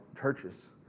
churches